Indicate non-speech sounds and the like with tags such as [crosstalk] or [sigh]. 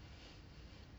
[breath]